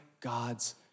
God's